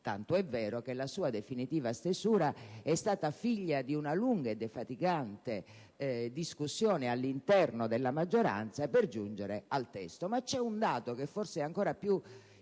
tanto è vero che la sua definitiva stesura è stata figlia di una lunga e defatigante discussione all'interno della maggioranza per giungere al testo